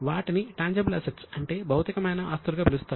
వాటిని tangible assets అంటే భౌతికమైన ఆస్తులుగా పిలుస్తారు